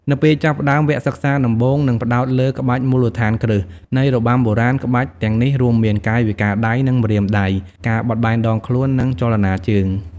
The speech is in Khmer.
នៅពេលចាប់ផ្ដើម វគ្គសិក្សាដំបូងនឹងផ្តោតលើ ក្បាច់មូលដ្ឋានគ្រឹះ នៃរបាំបុរាណ ក្បាច់ទាំងនេះរួមមាន កាយវិការដៃ និងម្រាមដៃ ការបត់បែនដងខ្លួន និងចលនាជើង។